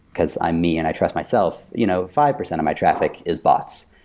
because i'm me, and i trust myself, you know five percent of my traffic is bots.